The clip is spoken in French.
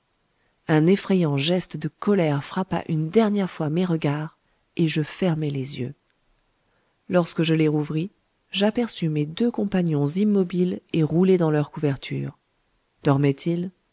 un effrayant geste de colère frappa une dernière fois mes regards et je fermai les yeux lorsque je les rouvris j'aperçus mes deux compagnons immobiles et roulés dans leur couverture